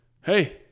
hey